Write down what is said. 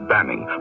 Banning